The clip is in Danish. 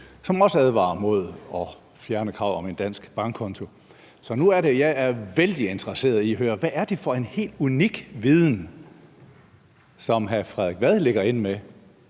som også advarer mod at fjerne kravet om en dansk bankkonto. Så nu er det, jeg er vældig interesseret i at høre: Hvad er det for en helt unik viden, som hr. Frederik Vad ligger inde med,